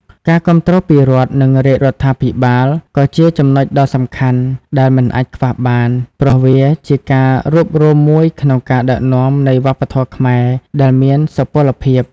ការគាំទ្រពីរដ្ឋនិងរាជដ្ឋាភិបាល ក៏ជាចំនុចដ៏សំខាន់ដែលមិនអាចខ្វះបាន ព្រោះវាជាការរួបរួមមួយក្នុងការដឹកនាំនៃវប្បធម៌ខ្មែរដែលមានសុពលភាព។